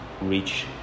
reach